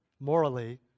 Morally